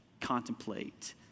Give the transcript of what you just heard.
contemplate